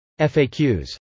FAQs